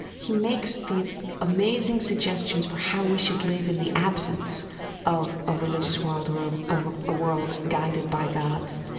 he makes these amazing suggestions for how we should live in the absence of a religious world or of a ah world guided by gods.